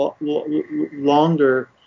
longer